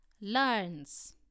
learns